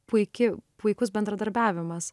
puiki puikus bendradarbiavimas